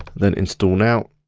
then instal now.